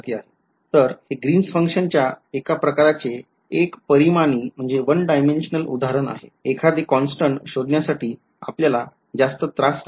तर हे ग्रीन्स functionच्या एका प्रकारचे १ परिमाणी उदाहरण आहे एखादे कॉन्स्टन्ट शोधण्या साठी आपल्याला जास्त त्रास नाही झाला